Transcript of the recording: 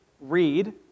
read